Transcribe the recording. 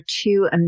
two